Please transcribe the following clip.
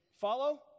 Follow